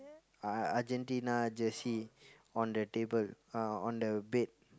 uh Argentina jersey on the table uh on the bed